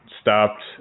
stopped